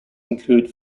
include